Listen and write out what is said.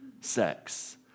sex